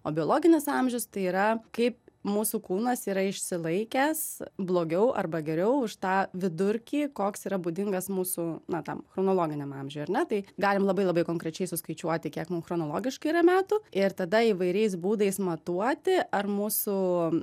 o biologinis amžius tai yra kaip mūsų kūnas yra išsilaikęs blogiau arba geriau už tą vidurkį koks yra būdingas mūsų na tam chronologiniam amžiui ar ne tai galim labai labai konkrečiai suskaičiuoti kiek mum chronologiškai yra metų ir tada įvairiais būdais matuoti ar mūsų